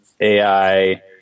AI